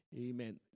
Amen